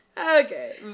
Okay